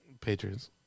Patriots